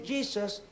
Jesus